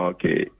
Okay